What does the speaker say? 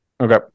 Okay